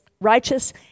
righteous